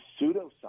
pseudoscience